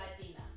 Latina